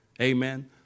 amen